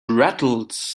rattled